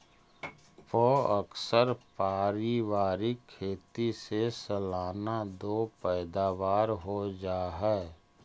प्अक्सर पारिवारिक खेती से सालाना दो पैदावार हो जा हइ